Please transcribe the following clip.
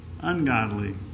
ungodly